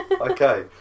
Okay